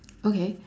okay